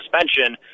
suspension